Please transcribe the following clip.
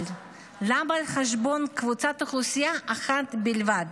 אבל למה על חשבון קבוצת אוכלוסייה אחד בלבד,